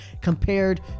compared